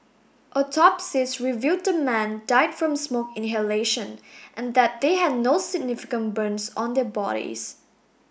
autopsies revealed the men died from smoke inhalation and that they had no significant burns on their bodies